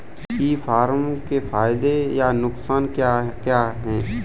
ई commerce के फायदे या नुकसान क्या क्या हैं?